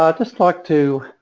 ah just like to